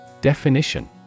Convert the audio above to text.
Definition